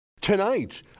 Tonight